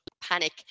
panic